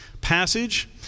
passage